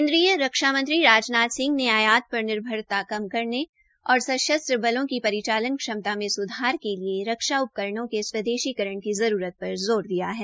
केन्द्रीय रक्षा मंत्रीराजनाथ सिंह ने आयात पर निर्भरता कम करने और सशस्त्र बलों की परिचालन क्षमता में सुधार के लिए रक्षा उपकरणों के स्वदेशीकरण की जरूरत पर जोर दिया है